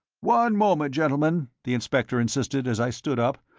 one moment, gentlemen, the inspector insisted, as i stood up.